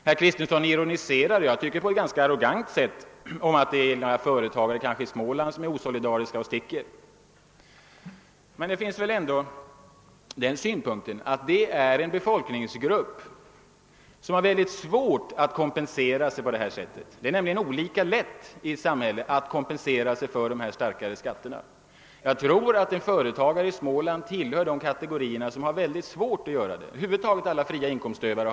Herr Kristenson ironiserar, såsom jag tycker på ett ganska arrogant sätt, över småföretagare i Småland som uppträder på ett kanske osolidariskt sätt och ger sig i väg ur landet. Det gäller emellertid här en befolkningsgrupp som har stora svårigheter att kompensera sig för de bördor som lagts på dem. Det är nämligen inte lika lätt för olika grupper i samhället att kompensera sig för ökade skatter, och jag tror att en företagare i Småland tillhör de kategorier som har stora svårigheter härvidlag. Det gäller över huvud taget alla fria yrkesutövare.